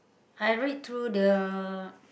I read through the